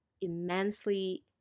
immensely